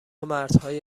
مردهای